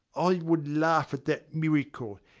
i would laugh at that miracle.